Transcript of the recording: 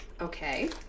okay